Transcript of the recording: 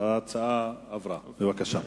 הצעת ועדת הכנסת